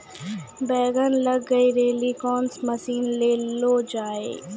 बैंगन लग गई रैली कौन मसीन ले लो जाए?